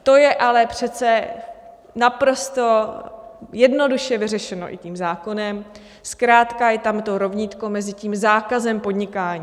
To je ale přece naprosto jednoduše vyřešeno i tím zákonem, zkrátka je tam to rovnítko mezi tím zákazem podnikání.